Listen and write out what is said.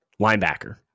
linebacker